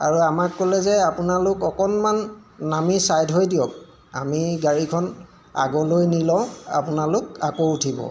আৰু আমাক ক'লে যে আপোনালোক অকণমান নামি চাইদ থৈ দিয়ক আমি গাড়ীখন আগলৈ নি লওঁ আপোনালোক আকৌ উঠিব